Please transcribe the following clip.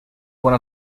one